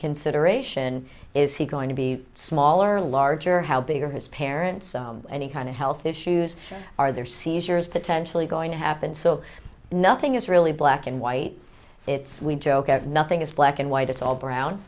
consideration is he going to be small or large or how big are his parents any kind of health issues are there seizures potentially going to happen so nothing is really black and white it's we joke at nothing it's black and white it's all